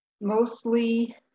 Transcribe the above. mostly